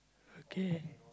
okay